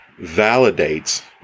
validates